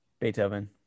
beethoven